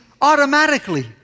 automatically